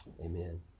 amen